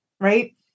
right